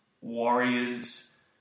Warriors